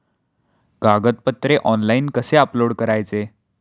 कागदपत्रे ऑनलाइन कसे अपलोड करायचे?